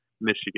Michigan